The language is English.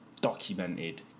documented